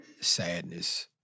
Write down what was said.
sadness